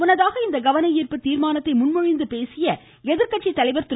முன்னதாக இந்த கவனஈர்ப்பு தீர்மானத்தை முன்மொழிந்து பேசிய எதிர்கட்சித்தலைவர் திரு